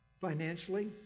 Financially